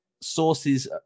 sources